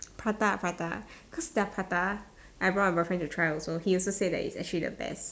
prata prata cause their prata I brought my boyfriend to try also he also say that it's actually the best